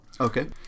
Okay